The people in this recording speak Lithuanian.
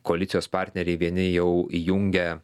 koalicijos partneriai vieni jau įjungę